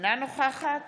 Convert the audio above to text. אינה נוכחת